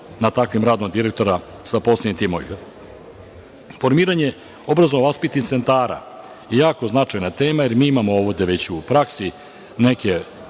nad takvim radom direktora sa posebnim timovima. Formiranje obrazovno-vaspitnih centara je jako značajna tema jer imamo ovde već u praksi neke